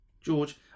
George